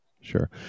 Sure